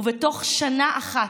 ובתוך שנה אחת,